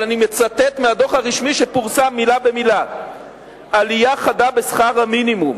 אבל אני מצטט מהדוח הרשמי שפורסם מלה במלה: עלייה חדה בשכר המינימום,